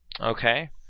Okay